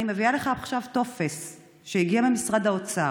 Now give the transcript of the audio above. ואני מביאה לך עכשיו טופס שהגיע למשרד האוצר: